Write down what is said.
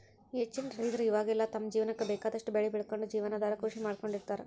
ಹೆಚ್ಚಿನ ರೈತರ ಇವಾಗೆಲ್ಲ ತಮ್ಮ ಜೇವನಕ್ಕ ಬೇಕಾದಷ್ಟ್ ಬೆಳಿ ಬೆಳಕೊಂಡು ಜೇವನಾಧಾರ ಕೃಷಿ ಮಾಡ್ಕೊಂಡ್ ಇರ್ತಾರ